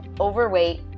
overweight